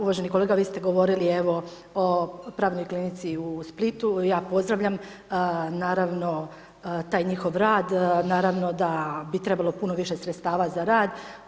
Uvaženi kolega vi ste govorili evo o pravnoj klinici u Splitu, ja pozdravljam naravno taj njihov rad, naravno da bi trebalo puno više sredstava za rad.